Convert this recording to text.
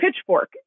pitchfork